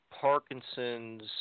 Parkinson's